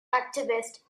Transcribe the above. activist